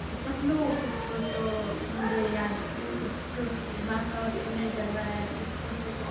कि पतलू किछु सोचो मुझे याद दिमाग का बत्ती नही जल रहा है कुछ तो सोचो